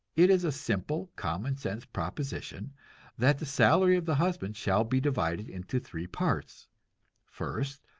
it is a simple, common-sense proposition that the salary of the husband shall be divided into three parts first,